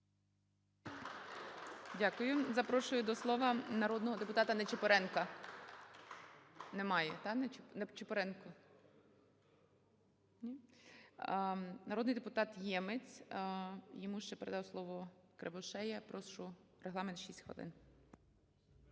Дякую. Запрошую до слова народного депутатаНичипоренка. Немає, так, Ничипоренка? Народний депутати Ємець, йому ще передав словоКривошея. Прошу, регламент – 6 хвилин.